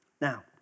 Now